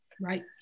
Right